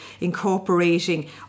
incorporating